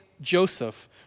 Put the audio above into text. Joseph